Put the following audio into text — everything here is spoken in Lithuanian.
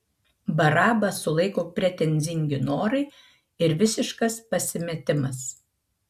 barabą sulaiko pretenzingi norai ir visiškas pasimetimas